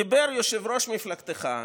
דיבר יושב-ראש מפלגתך,